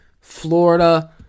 Florida